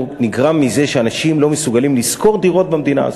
נגרם מזה שאנשים לא מסוגלים לשכור דירות במדינה הזאת.